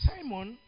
Simon